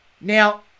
Now